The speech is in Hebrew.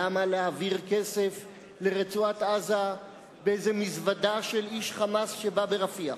למה להעביר כסף לרצועת-עזה באיזו מזוודה של איש "חמאס" שבא דרך רפיח?